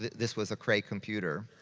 this was a great computer.